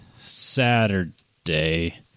Saturday